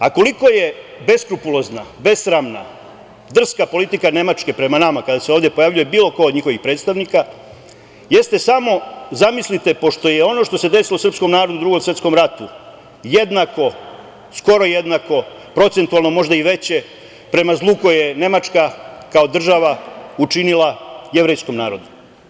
Koliko je beskrupulozna, besramna, drska politika Nemačke prema nama kada se ovde pojavljuje bilo ko od njihovih predstavnika, samo zamislite, pošto je ono što se desilo srpskom narodu u Drugom svetskom ratu jednako, skoro jednako, procentualno možda i veće prema zlu koji je Nemačka kao država učinila jevrejskom narodu.